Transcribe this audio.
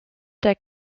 der